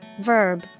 Verb